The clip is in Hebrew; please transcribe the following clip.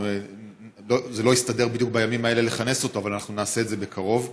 לא הסתדר בדיוק בימים האלה לכנס אותו אבל נעשה את זה בקרוב.